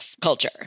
culture